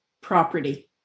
property